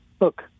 Look